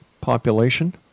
population